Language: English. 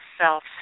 self